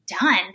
done